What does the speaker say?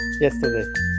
yesterday